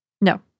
No